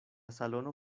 salono